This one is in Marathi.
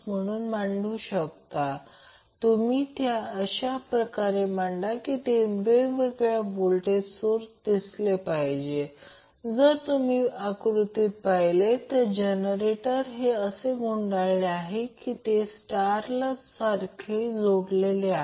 म्हणून Zg conjugate R g j x g म्हणूनच मॅक्झिमम पॉवर ट्रान्सफर प्रमेयासाठी जेव्हा RL आणि XL दोघेही व्हेरिएबल असतात तेव्हा ही मॅक्झिमम पॉवर ट्रान्सफरचीअट जी ZLZg conjugate आहे